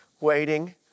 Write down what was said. waiting